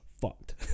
fucked